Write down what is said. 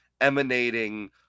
emanating